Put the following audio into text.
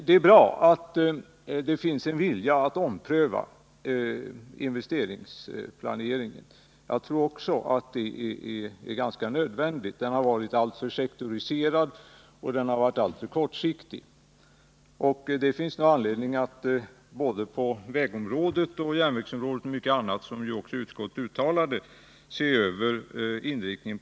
Det är bra att det finns en vilja att ompröva investeringsplaneringen, och jag tror att det är ganska nödvändigt. Den har varit alltför sektoriserad och alltför kortsiktig, och det finns nog anledning att på både vägområdet och järnvägsområdet och i fråga om andra avsnitt — som också utskottet uttalat — se över inriktningen.